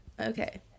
Okay